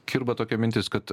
kirba tokia mintis kad